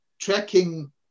tracking